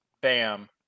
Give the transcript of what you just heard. bam